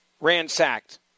ransacked